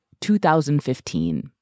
2015